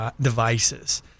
devices